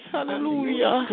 Hallelujah